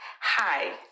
Hi